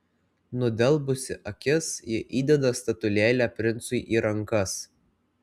nudelbusi akis ji įdeda statulėlę princui į rankas